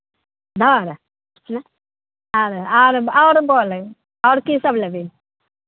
आओर नहि आओर आओर बोलै आओर कीसभ लेबही